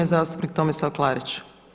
Zastupnik Tomislav Klarić.